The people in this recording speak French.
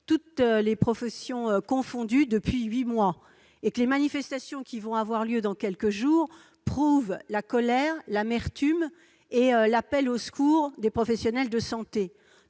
toutes professions confondues, depuis huit mois. Les manifestations qui vont avoir lieu dans quelques jours prouvent la colère et l'amertume des professionnels de santé.